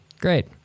great